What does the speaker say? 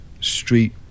street